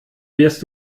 wirst